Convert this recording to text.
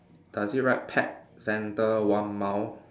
does it right pet centre one mile